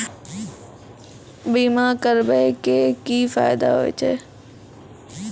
बीमा करबै के की फायदा होय छै?